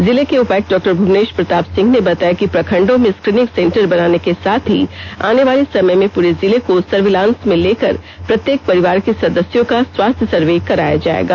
जिले के उपायुक्त डॉ भुवनेष प्रताप सिंह ने बताया कि प्रखण्डों में स्क्रीनिंग सेंटर बनाने के साथ ही आनेवाले समय में पूरे जिले को सर्विलांस में लेकर प्रत्येक परिवार के सदस्यों का स्वास्थ्य सर्वे कराया जायेगा